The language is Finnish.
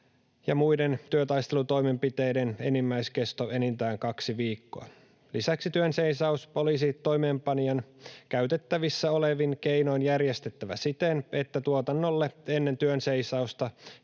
ja muiden työtaistelutoimenpiteiden enimmäiskesto kaksi viikkoa. Lisäksi työnseisaus olisi toimeenpanijan käytettävissä olevin keinoin järjestettävä siten, että tuotannolle ennen työnseisausta